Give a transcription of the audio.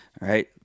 right